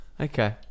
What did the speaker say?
okay